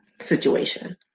situation